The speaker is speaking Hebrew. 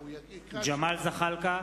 ג'מאל זחאלקה,